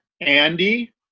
Andy